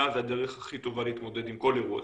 זו הדרך הכי טובה להתמודד עם כל אירוע.